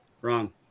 Wrong